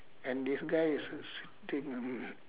and this guy is sitting on